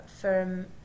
firm